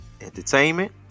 Entertainment